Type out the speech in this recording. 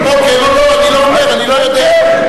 אני לא אומר, אני לא יודע.